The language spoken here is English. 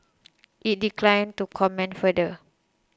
it declined to comment further